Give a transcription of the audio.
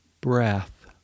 breath